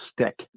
stick